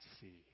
see